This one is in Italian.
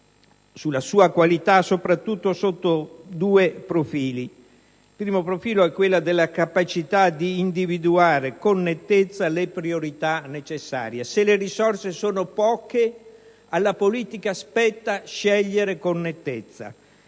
sulla sua qualità soprattutto sotto due profili. Il primo è quello della capacità di individuare con nettezza le priorità necessarie: se le risorse sono poche, alla politica spetta scegliere con nettezza.